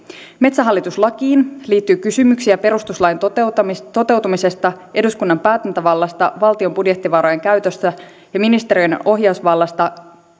metsähallitus lakiin liittyy kysymyksiä perustuslain toteutumisesta toteutumisesta eduskunnan päätäntävallasta valtion budjettivarojen käytössä ja ministeriöiden ohjausvallasta